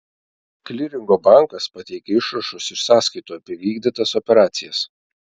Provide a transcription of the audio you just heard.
kliringo bankas pateikia išrašus iš sąskaitų apie įvykdytas operacijas